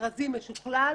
מכרזי משוכלל,